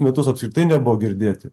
metus apskritai nebuvo girdėti